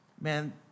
Man